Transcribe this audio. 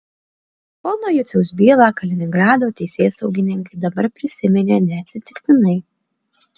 pono juciaus bylą kaliningrado teisėsaugininkai dabar prisiminė neatsitiktinai